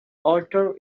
alter